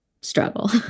struggle